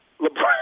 LeBron